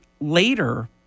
later